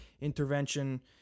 intervention